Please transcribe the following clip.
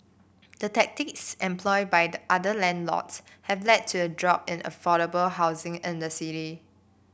the tactics employed by other landlords have led to a drop in affordable housing in the city